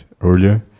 earlier